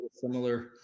similar